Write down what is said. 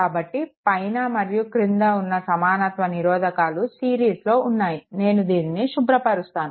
కాబట్టి పైన మరియు క్రింద ఉన్న సమానత్వ నిరోధకాలు సిరీస్లో ఉన్నాయి నేను దీనిని శుభ్రపరుస్తాను